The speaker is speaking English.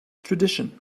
tradition